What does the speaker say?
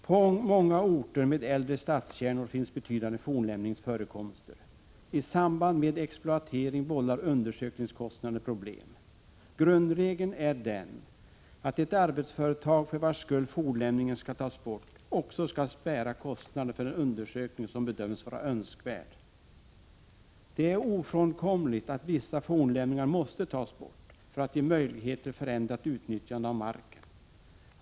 På många orter med äldre stadskärnor finns betydande fornlämningsförekomster. I samband med exploatering vållar undersökningskostnaderna problem. Grundregeln är att det arbetsföretag för vars skull fornlämningen skall tas bort också skall bära kostnaderna för den undersökning som bedöms vara önskvärd. Det är ofrånkomligt att vissa fornlämningar måste tas bort för att ge möjlighet till förändrat utnyttjande av marken.